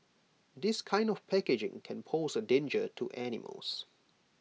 this kind of packaging can pose A danger to animals